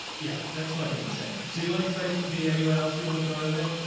yeah that's fucking insane. so you like so icp anyone else you want to throw in there.